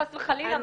חס וחלילה,